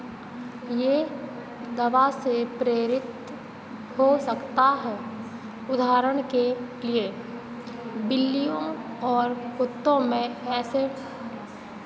यह दवा से प्रेरित हो सकता है उदाहरण के लिए बिल्लियों और कुत्तों में ऐसी